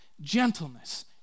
gentleness